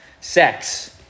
Sex